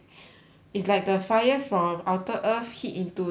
it's like the fire from outer earth hit into the